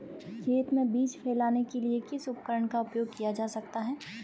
खेत में बीज फैलाने के लिए किस उपकरण का उपयोग किया जा सकता है?